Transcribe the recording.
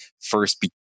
first